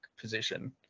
position